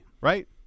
right